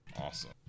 Awesome